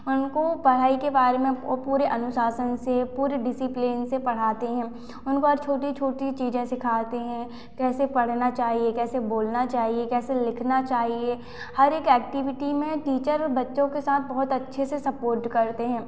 उनको पढ़ाई के बारे में पूरे अनुशासन से पूरे डिसिप्लिन से पढ़ाते हैं उनको छोटी छोटी चीज़ सीखते हैं कैसे पढ़ना चाहिए कैसे बोलना चाहिए कैसे लिखना चाहिए हर एक एक्टिविटी में टीचर बच्चों के साथ बहुत अच्छे से सपोर्ट करते हैं